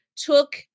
Took